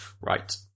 right